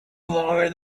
longer